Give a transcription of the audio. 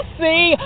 see